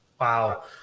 Wow